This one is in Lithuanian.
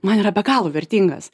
man yra be galo vertingas